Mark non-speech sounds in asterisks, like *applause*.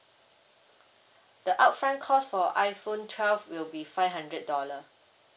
*breath* the upfront cost for iphone twelve will be five hundred dollar